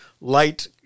light